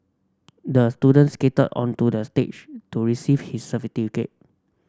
the student skated onto the stage to receive his